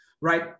right